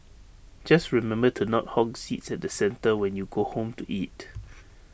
just remember to not hog seats at the centre when you go home to eat